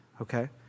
Okay